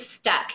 stuck